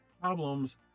problems